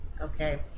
Okay